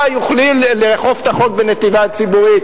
יוכלו לאכוף את החוק בנתיבי התחבורה הציבורית,